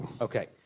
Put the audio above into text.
Okay